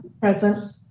Present